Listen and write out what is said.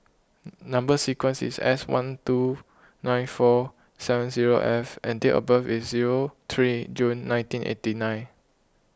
Number Sequence is S one two nine four seven zero F and date of birth is zero three June nineteen eighty nine